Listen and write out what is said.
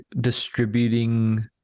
distributing